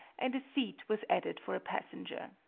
and a seat was added for a passenger.